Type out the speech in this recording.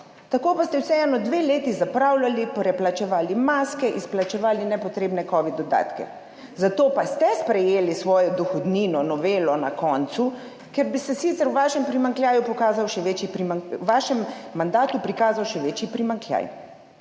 tako pa ste vseeno dve leti zapravljali, preplačevali maske, izplačevali nepotrebne covid dodatke. Zato pa ste sprejeli svojo dohodnino, novelo na koncu, ker bi se sicer v vašem mandatu prikazal še večji primanjkljaj.